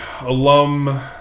alum